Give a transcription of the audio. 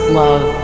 love